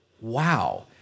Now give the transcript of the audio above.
wow